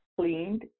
cleaned